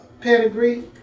pedigree